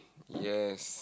yes